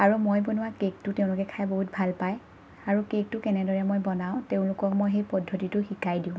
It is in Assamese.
আৰু মই বনোৱা কেকটো তেওঁলোকে খায় বহুত ভাল পাই আৰু কৰকটো কেনেদৰে মই বনাওঁ তেওঁলোকক মই সেই পদ্ধতিটো শিকাই দিওঁ